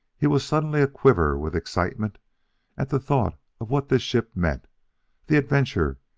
he was suddenly a-quiver with excitement at the thought of what this ship meant the adventure,